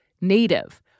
native